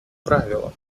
правилом